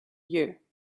you